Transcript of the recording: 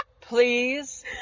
please